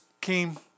came